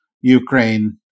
Ukraine